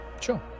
Sure